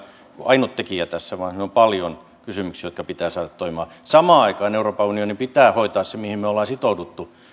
ainut tekijä tässä vaan on paljon kysymyksiä jotka pitää saada toimimaan samaan aikaan euroopan unionin pitää hoitaa se mihin me olemme sitoutuneet